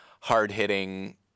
hard-hitting